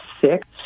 six